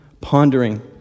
pondering